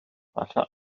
efallai